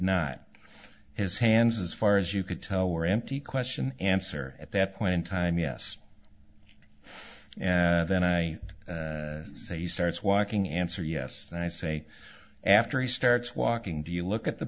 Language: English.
not his hands as far as you could tell were empty question answer at that point in time yes and then i say he starts walking answer yes and i say after he starts walking do you look at the